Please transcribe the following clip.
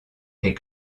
est